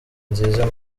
nziza